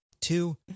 two